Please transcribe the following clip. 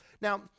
Now